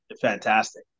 fantastic